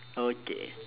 okay